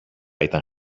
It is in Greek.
ήταν